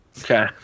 Okay